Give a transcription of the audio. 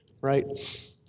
right